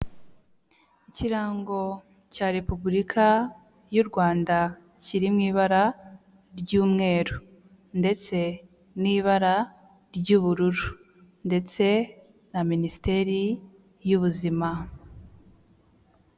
Ikirango cya Repubulika y'u Rwanda kiri mu ibara ry'umweru ndetse n'ibara ry'ubururu ndetse na Minisiteri y'ubuzima.